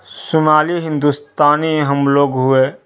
شمالی ہندوستانی ہم لوگ ہوئے